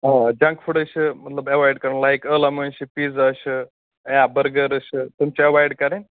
آ junk foods چھِ مطلب ایۄایِڈ کَرٕنۍ لایک ٲلوٕ مۄنٛجہِ چھِ پیٖزا چھِ یا بٔرگَرٕز چھِ تم چھِ ایوایِڈ کَرٕنۍ